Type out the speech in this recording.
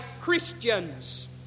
Christians